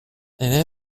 and